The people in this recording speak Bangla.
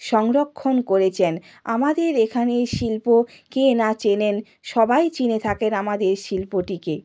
সংরক্ষণ করেছেন আমাদের এখানের শিল্প কে না চেনেন সবাই চিনে থাকেন আমাদের শিল্পটিকে